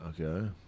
Okay